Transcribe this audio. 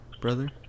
brother